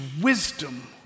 wisdom